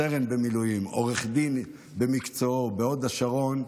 סרן במילואים, עורך דין במקצועו, בהוד השרון,